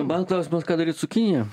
man klausimas ką daryt su kinija